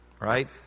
right